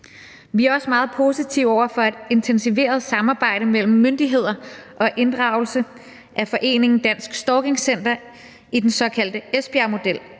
Vi er også meget positive over for et intensiveret samarbejde mellem myndigheder og inddragelse af foreningen Dansk Stalking Center som i den såkaldte Esbjergmodel,